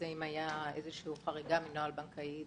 אם הייתה איזו שהיא חריגה מנוהל בנקאי תקין,